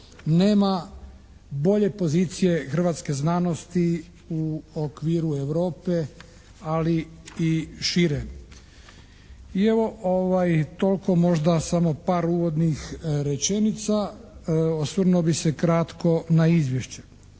nema bolje pozicije hrvatske znanosti u okviru Europe, ali i šire. I evo, toliko možda samo par uvodnih rečenica. Osvrnuo bi se kratko na Izvješće.